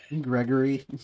Gregory